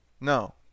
No